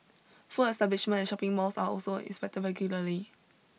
food establishment and shopping malls are also inspected regularly